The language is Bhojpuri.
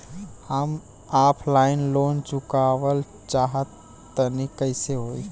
हम ऑफलाइन लोन चुकावल चाहऽ तनि कइसे होई?